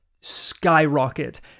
skyrocket